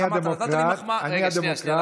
אני הדמוקרט ואתה, רגע, שנייה.